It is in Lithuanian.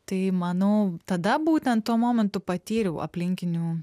tai manau tada būtent tuo momentu patyriau aplinkinių